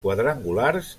quadrangulars